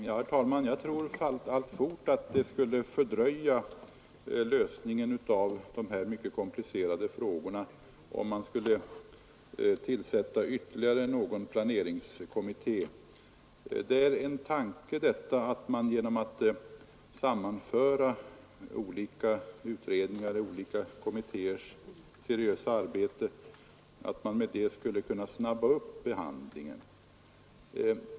Herr talman! Jag tror alltfort att det skulle fördröja lösningen av de här mycket komplicerade frågorna om man skulle tillsätta ytterligare någon planeringskommitté. Det är en tanke detta att man genom att sammanföra olika utredningar i olika kommittéers seriösa arbete skulle kunna snabba upp behandlingen.